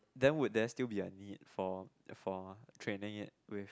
then would there still be a need for for training it with